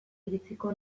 iritsiko